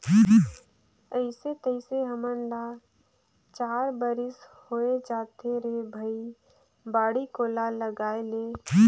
अइसे तइसे हमन ल चार बरिस होए जाथे रे भई बाड़ी कोला लगायेले